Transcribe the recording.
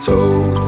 Told